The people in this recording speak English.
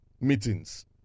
meetings